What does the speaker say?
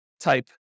type